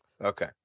Okay